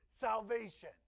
Salvation